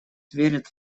верит